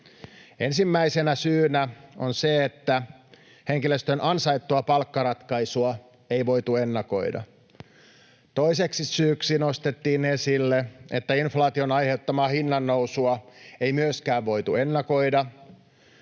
Ensimmäisenä syynä on se, että henkilöstön ansaittua palkkaratkaisua ei voitu ennakoida. Toiseksi syyksi nostettiin esille, että inflaation aiheuttamaa hinnannousua ei myöskään voitu ennakoida.